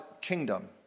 kingdom